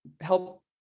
help